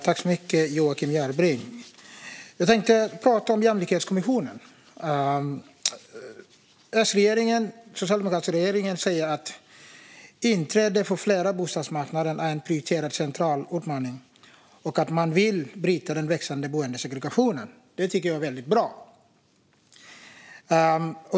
Fru talman! Jag tänkte prata om Jämlikhetskommissionen. Den socialdemokratiska regeringen säger att inträde för fler på bostadsmarknaden är en central och prioriterad utmaning och att man vill bryta den växande boendesegrationen. Det är bra.